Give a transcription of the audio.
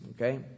okay